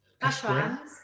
Ashrams